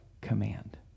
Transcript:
command